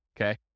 Okay